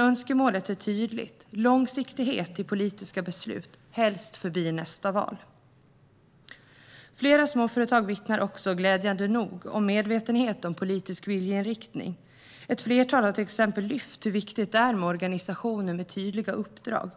Önskemålet är dock tydligt: långsiktighet i politiska beslut, helst förbi nästa val. Flera småföretag vittnar också, glädjande nog, om medvetenhet om politisk viljeinriktning. Ett flertal har till exempel lyft fram hur viktigt det är med organisationer med tydliga uppdrag,